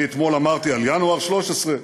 אני אתמול אמרתי על ינואר 2013,